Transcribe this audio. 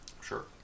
Sure